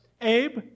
Abe